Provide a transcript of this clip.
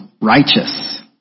righteous